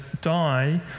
die